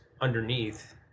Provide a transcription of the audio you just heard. underneath